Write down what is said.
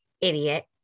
idiot